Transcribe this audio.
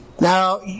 now